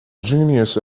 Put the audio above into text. genius